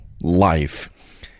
life